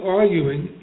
arguing